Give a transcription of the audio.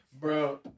Bro